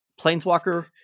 Planeswalker